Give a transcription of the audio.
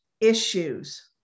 issues